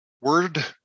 word